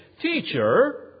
teacher